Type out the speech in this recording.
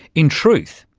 in truth,